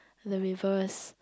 and the rivers